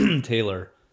Taylor